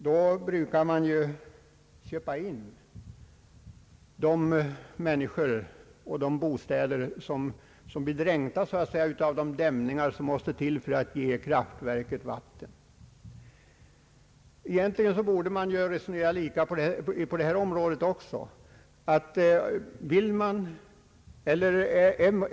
Då brukar man »köpa in» människor och de bostäder som blir dränkta av de dämningar som måste till för att ge kraftverket vatten. Man borde egentligen resonera likadant även på detta område.